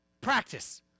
practice